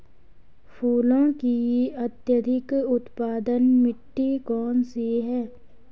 फूलों की अत्यधिक उत्पादन मिट्टी कौन सी है?